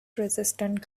resistant